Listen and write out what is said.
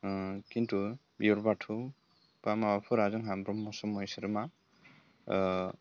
खिन्थु बिबार बाथौ बा माबाफोरा जोंहा ब्रह्म समाज बिसोरो मा